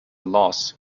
loss